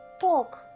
Talk